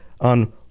on